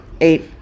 eight